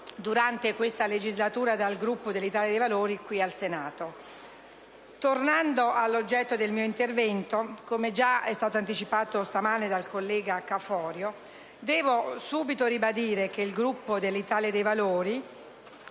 durante questa legislatura dal Gruppo dell'Italia dei Valori qui al Senato. Tornando all'oggetto del mio intervento, come già è stato anticipato stamane dal collega Caforio, devo subito ribadire che il Gruppo dell'Italia dei Valori,